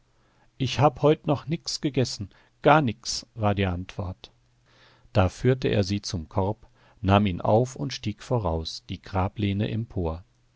ich hab heut noch nix gessen gar nix war die antwort da führte er sie zum korb nahm ihn auf und stieg voraus die grablehne empor